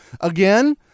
again